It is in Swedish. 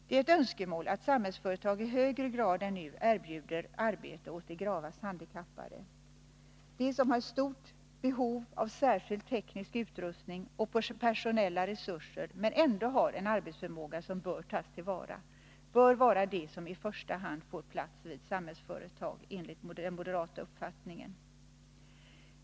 Det är ett önskemål att Samhällsföretag i högre grad än nu erbjuder arbete åt de gravast handikappade. De som har ett stort behov av särskild teknisk utrustning och personella resurser men som ändå har en arbetsförmåga som bör tas till vara borde vara de som i första hand får plats vid Samhällsföretag enligt moderaternas uppfattning.